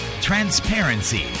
transparency